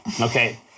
Okay